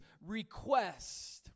request